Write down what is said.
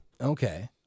Okay